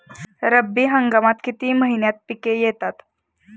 रब्बी हंगामात किती महिन्यांत पिके येतात?